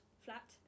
Flat